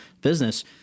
business